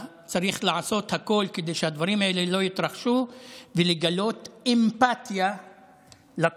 צריך לעשות הכול כדי שהדברים האלה לא יתרחשו ולגלות אמפתיה לקורבנות,